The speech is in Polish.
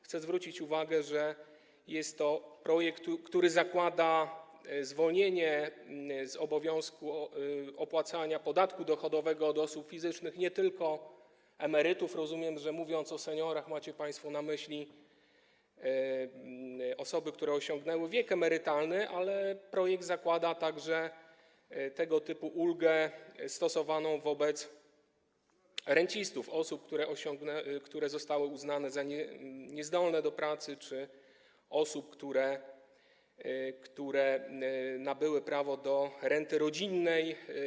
Chcę zwrócić uwagę, że jest to projekt, który zakłada zwolnienie z obowiązku opłacania podatku dochodowego od osób fizycznych nie tylko emerytów - rozumiem, że mówiąc o seniorach, macie państwo na myśli osoby, które osiągnęły wiek emerytalny - ale zakłada także tego typu ulgę stosowaną wobec rencistów, osób, które zostały uznane za niezdolne do pracy, czy osób, które nabyły prawo do renty rodzinnej.